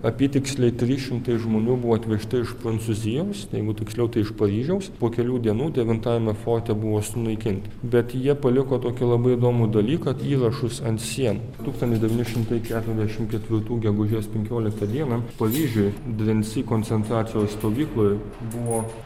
apytiksliai trys šimtai žmonių buvo atvežti iš prancūzijos jeigu tiksliau tai iš paryžiaus po kelių dienų devintajame forte buvo sunaikinti bet jie paliko tokį labai įdomų dalyką įrašus ant sienų tūkstantis devyni šimtai keturiasdešimt ketvirų gegužės penkioliktą dieną paryžiuj dvensi koncentracijos stovykloj buvo